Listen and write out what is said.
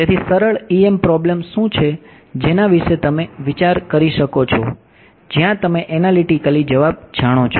તેથી સરળ EM problem શું છે જેના વિશે તમે વિચાર કરી શકો છો જ્યાં તમે એનાલિટીકલી જવાબ જાણો છો